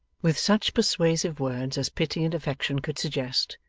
with such persuasive words as pity and affection could suggest,